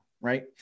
right